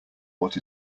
what